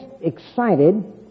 excited